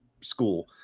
school